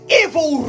evil